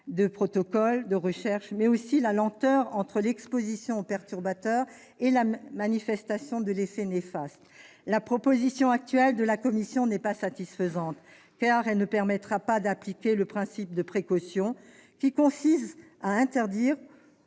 des protocoles de recherche, mais aussi à la latence existant entre l'exposition au perturbateur et la manifestation de l'effet néfaste. La proposition actuelle de la Commission n'est pas satisfaisante ; elle ne permettra pas, en effet, l'application du principe de précaution, lequel consiste à interdire,